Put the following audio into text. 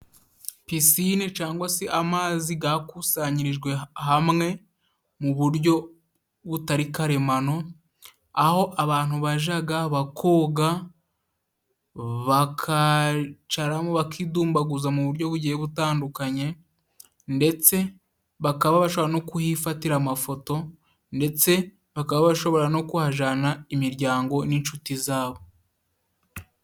Pisicine cangwa se amazi gakusanyirijwe hamwe mu buryo butari karemano, aho abantu bajaga bakoga bakacaramo, bakidumbaguza mu buryo bugiye butandukanye, ndetse bakaba bashobora no kuhifatira amafoto, ndetse bakaba bashobora no kuhajana imiryango n'inshuti zabo.